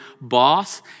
boss